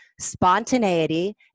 Spontaneity